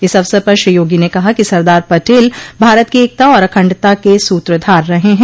इस अवसर पर श्री योगी ने कहा कि सरदार पटेल भारत की एकता और अखण्डता के सूत्रधार रहे हैं